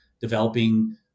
developing